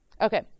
okay